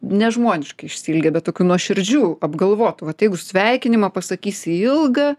nežmoniškai išsiilgę bet tokių nuoširdžių apgalvotų vat jeigu sveikinimą pasakysi ilgą